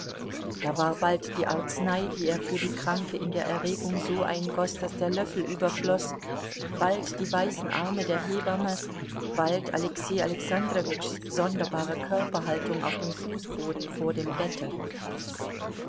da war bald die arznei die er für die kranke in der erregung so eingoß daß der löffel überfloß bald die weißen arme der hebamme bald alexei alexandrowitschs sonderbare körperhaltung auf dem fußboden vor dem bette